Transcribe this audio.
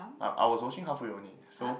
I I was watching halfway only so